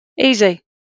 Easy